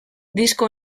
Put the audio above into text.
disko